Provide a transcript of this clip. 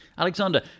Alexander